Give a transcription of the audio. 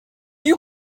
you